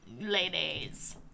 ladies